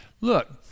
look